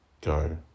go